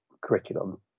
curriculum